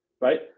right